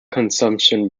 consumption